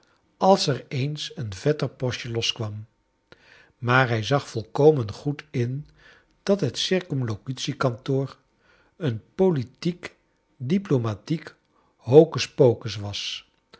als er eens een vetter postje loskwam maar hij zag volkomen goed in dat het c k een politiek diplomatiek hocus pocus was